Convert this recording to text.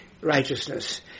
righteousness